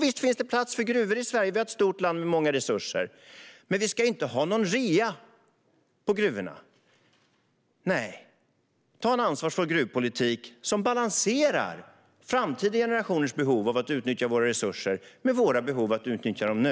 Visst finns det plats för gruvor i Sverige. Vi har ett stort land med många resurser. Men vi ska inte ha någon rea på gruvorna. Nej, för en ansvarsfull gruvpolitik som balanserar framtida generationers behov av att utnyttja våra resurser med våra behov av att utnyttja dem nu!